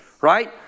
right